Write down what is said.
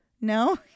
no